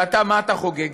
ואתה, מה אתה חוגג?